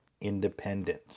independence